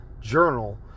journal